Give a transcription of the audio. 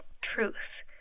truth